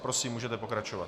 Prosím, můžete pokračovat.